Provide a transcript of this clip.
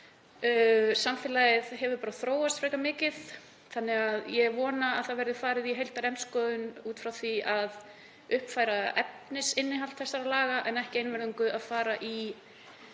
Samfélagið hefur þróast frekar mikið þannig að ég vona að farið verði í heildarendurskoðun út frá því að uppfæra efnisinnihald þessara laga en ekki einvörðungu að fara í